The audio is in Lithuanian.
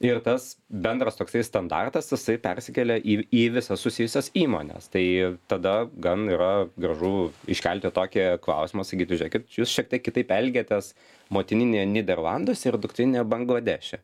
ir tas bendras toksai standartas jisai persikelia į visas susijusias įmones tai tada gan yra gražu iškelti tokį klausimą sakyti žiūrėkit jūs šiek tiek kitaip elgiatės motininė nyderlanduose ir dukterinė bangladeše